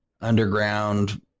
underground